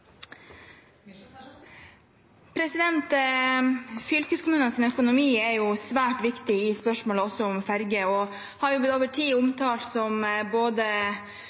økonomi er svært viktig i spørsmålet om ferger og har over tid blitt omtalt som både